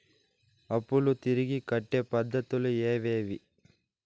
అప్పులు తిరిగి కట్టే పద్ధతులు ఏవేవి